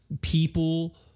People